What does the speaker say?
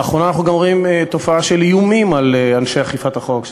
ולאחרונה אנחנו רואים גם תופעה של איומים על אנשי אכיפת החוק,